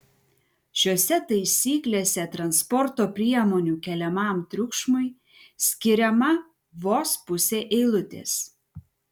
šiose taisyklėse transporto priemonių keliamam triukšmui skiriama vos pusė eilutės